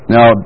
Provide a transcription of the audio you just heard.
Now